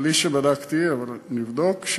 בלי שבדקתי אבל אני אבדוק,